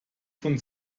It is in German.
von